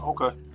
Okay